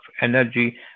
energy